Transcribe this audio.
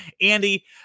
Andy